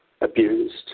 abused